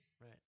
Right